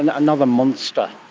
and another monster?